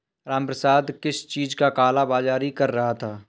रामप्रसाद किस चीज का काला बाज़ारी कर रहा था